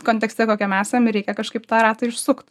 kontekste kokiam esam ir reikia kažkaip tą ratą išsukt